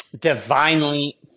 divinely